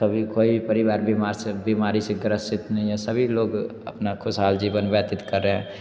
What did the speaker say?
कभी कोई परिवार बीमार बीमारी से ग्रसित नहीं है सभी लोग अपना ख़ुशहाल जीवन व्यतित कर रहे हैं